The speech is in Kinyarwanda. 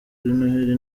noheli